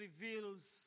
reveals